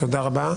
תודה רבה.